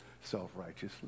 self-righteously